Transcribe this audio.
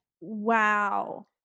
Wow